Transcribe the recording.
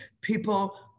People